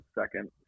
second